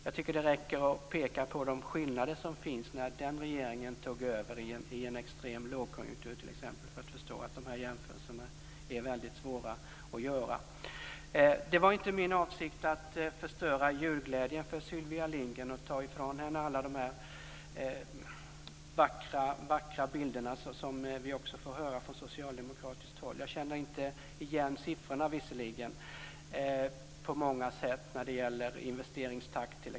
Jag tycker att det räcker att peka på skillnaderna när den borgerliga regeringen tog över i en extrem lågkonjunktur för att förstå att dessa jämförelser är mycket svåra att göra. Det var inte min avsikt att förstöra julglädjen för Sylvia Lindgren genom att ta ifrån henne alla de vackra bilder som vi får höra från socialdemokratiskt håll. Jag känner visserligen inte igen siffrorna i fråga om t.ex. investeringstakt.